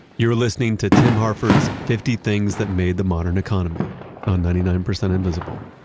you're listening to tim harford's fifty things that made the modern economy on ninety nine percent invisible